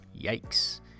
yikes